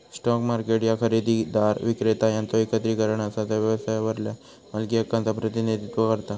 stock market ह्या खरेदीदार, विक्रेता यांचो एकत्रीकरण असा जा व्यवसायावरल्या मालकी हक्कांचा प्रतिनिधित्व करता